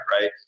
right